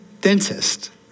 dentist